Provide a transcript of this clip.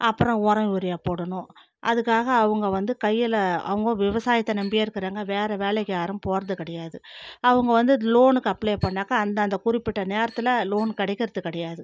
அப்புறம் உரம் யூரியா போடணும் அதுக்காக அவங்க வந்து கையில் அவங்க விவசாயத்தை நம்பியே இருக்கிறாங்க வேறு வேலைக்கு யாரும் போகிறது கிடையாது அவங்க வந்து லோனுக்கு அப்ளே பண்ணுணாக்கா அந்தந்த குறிப்பிட்ட நேரத்தில் லோன் கிடைக்கிறது கிடையாது